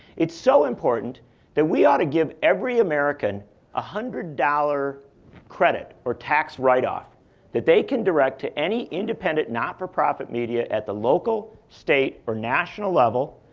it's so important that we ought to give every american one ah hundred dollars credit or tax write-off that they can direct to any independent not-for-profit media at the local, state, or national level.